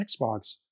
Xbox